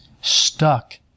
stuck